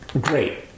great